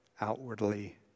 outwardly